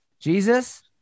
Jesus